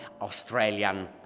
Australian